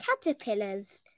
caterpillars